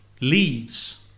leaves